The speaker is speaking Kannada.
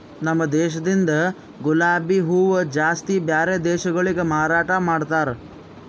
ನಮ ದೇಶದಿಂದ್ ಗುಲಾಬಿ ಹೂವ ಜಾಸ್ತಿ ಬ್ಯಾರೆ ದೇಶಗೊಳಿಗೆ ಮಾರಾಟ ಮಾಡ್ತಾರ್